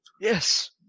Yes